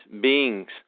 beings